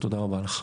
תודה רבה לך.